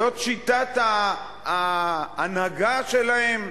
זאת שיטת ההנהגה שלהם?